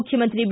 ಮುಖ್ಯಮಂತ್ರಿ ಬಿ